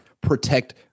protect